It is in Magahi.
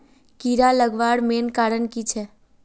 कीड़ा लगवार मेन कारण की छे?